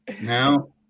now